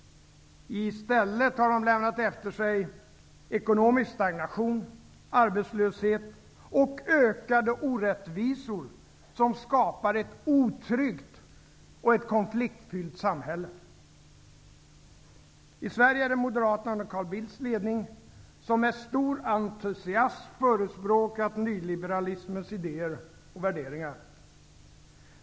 I stället har de lämnat efter sig ekonomisk stagnation, arbetslöshet och ökade orättvisor som skapar ett otryggt och konfliktfyllt samhälle. I Sverige är det Moderaterna under Carl Bildts ledning som med stor entusiasm förespråkat nyliberalismens idéer och värderingar.